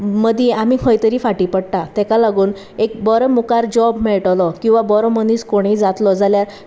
मदीं आमी खंय तरी फाटीं पडटा ताका लागून एक बरो मुखार जॉब मेळटलो किंवां बरो मनीस कोणूय जातलो जाल्यार